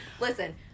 Listen